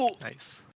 Nice